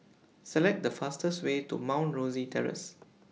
Select The fastest Way to Mount Rosie Terrace